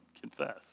confess